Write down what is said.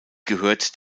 gehört